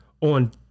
on